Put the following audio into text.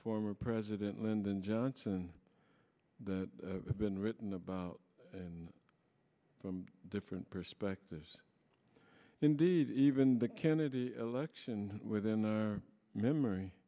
former president lyndon johnson that have been written about and from different perspectives indeed even the kennedy election within memory